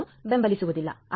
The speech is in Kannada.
3 ಅನ್ನು ಬೆಂಬಲಿಸುವುದಿಲ್ಲ